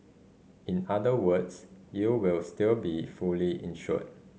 in other words you will still be fully insured